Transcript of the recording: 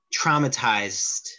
traumatized